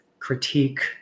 critique